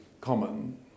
common